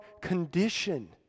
condition